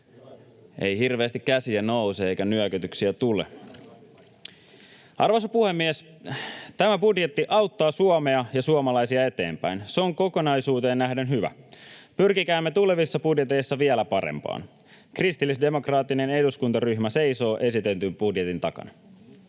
Ei hirveästi käsiä nouse eikä nyökytyksiä tule. Arvoisa puhemies! Tämä budjetti auttaa Suomea ja suomalaisia eteenpäin. Se on kokonaisuuteen nähden hyvä. Pyrkikäämme tulevissa budjeteissa vielä parempaan. Kristillisdemokraattinen eduskuntaryhmä seisoo esitetyn budjetin takana.